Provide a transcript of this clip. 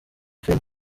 filime